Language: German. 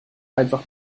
einfach